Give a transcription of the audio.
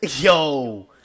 Yo